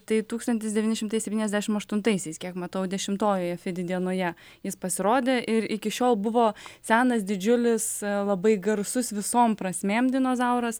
tai tūkstantis devyni šimtai septyniasdešim aštuntaisiais kiek matau dešimtojoje fidi dienoje jis pasirodė ir iki šiol buvo senas didžiulis labai garsus visom prasmėm dinozauras